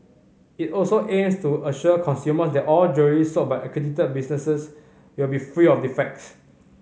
it also aims to assure consumers that all jewellery sold by accredited businesses will be free of defects